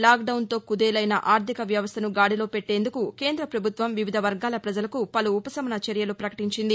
లాక్డౌన్తో కుదేలైన ఆర్థిక వ్యవస్థను గాడిలో పెట్టేందుకు కేంద్ర ప్రభుత్వం వివిధ వర్గాల ప్రజలకు పలు ఉపశమన చర్యలు పకటించింది